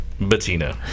Bettina